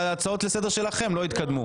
וההצעות לסדר שלכם לא יתקדמו.